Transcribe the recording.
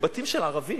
בבתים של ערבים,